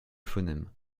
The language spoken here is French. phonème